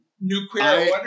nuclear